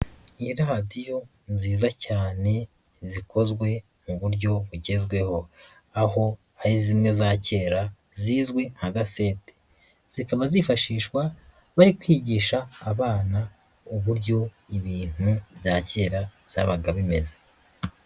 iradiyo nziza cyane zikozwe mu buryo bugezweho. Aho ari zimwe za kera zizwi nka gasete. Zikaba zifashishwa, bari kwigisha abana uburyo ibintu bya kera byabaga bimeze.